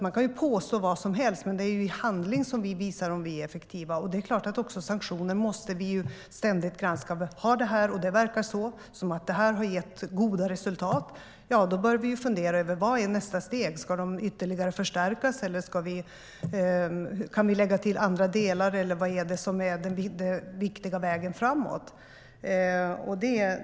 Man kan påstå vad som helst, men det är i handling vi visar om vi är effektiva. Självklart måste sanktioner ständigt granskas, vilka de är, hur de verkar och om de har gett goda resultat. Då får vi fundera över nästa steg, om sanktionerna ska förstärkas ytterligare, lägga till andra delar eller vad som är den viktiga vägen framåt.